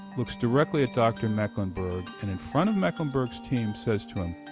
looks directly at dr. mecklenburg and in front of mecklenburg's team, says to them,